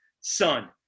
son